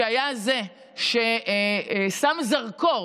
שהיה זה ששם זרקור